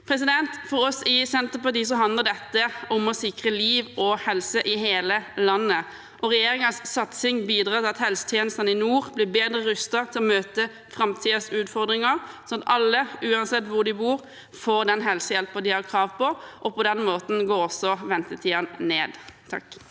For oss i Senterpartiet handler dette om å sikre liv og helse i hele landet. Regjeringens satsing bidrar til at helsetjenestene i nord blir bedre rustet til å møte framtidens utfordringer, slik at alle, uansett hvor de bor, får den helsehjelpen de har krav på. På denne måten går også ventetidene ned. Nils